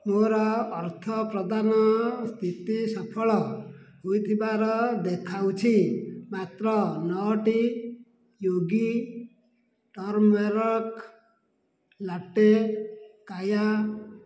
ମୋର ଅର୍ଥପ୍ରଦାନ ସ୍ଥିତି ସଫଳ ହୋଇଥିବାର ଦେଖାଉଛି ମାତ୍ର ନଅଟି ୟୋଗୀ ଟର୍ମେରିକ୍ ଲାଟେ କାୟା